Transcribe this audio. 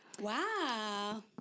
Wow